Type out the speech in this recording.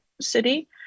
city